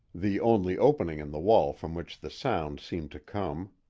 the only opening in the wall from which the sound seemed to come.